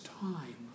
time